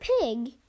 Pig